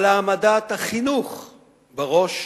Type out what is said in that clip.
על העמדת החינוך בראש,